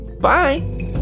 bye